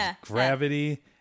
gravity